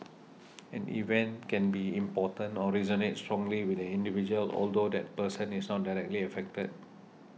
an event can be important or resonate strongly with an individual although that person is not directly affected